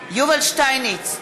יובל שטייניץ,